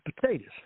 potatoes